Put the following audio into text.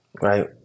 right